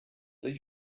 leave